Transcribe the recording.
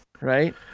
right